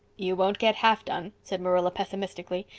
you won't get half done, said marilla pessimistically.